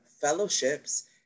fellowships